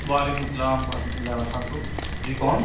وعلیکم السلام ورحمتہ اللہ وبرکاتہ جی کون